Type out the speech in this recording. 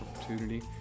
opportunity